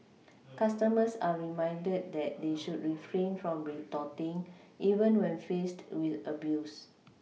customers are reminded that they should refrain from retorting even when faced with abuse